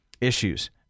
issues